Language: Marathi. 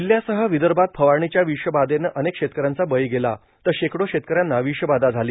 जिल्हयासह विदर्भात फवारणीच्या विषबाधेनं अनेक शेतकऱ्यांचा बळी गेला तर शेकडो शेतकऱ्यांना विषबाधा झाली